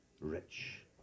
rich